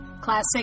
Classic